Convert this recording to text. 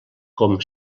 com